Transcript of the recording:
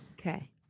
okay